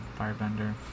firebender